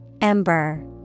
Ember